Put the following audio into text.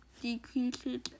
decreases